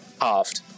Halved